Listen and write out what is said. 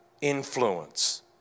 influence